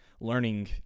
Learning